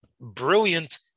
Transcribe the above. brilliant